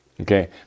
okay